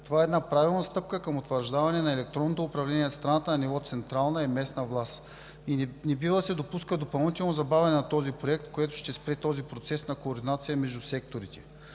Това е една правилна стъпка към утвърждаване на електронното управление в страната на ниво централна и местна власт. Не бива да се допуска допълнителното забавяне на този проект, което ще спре процеса на координация между секторите.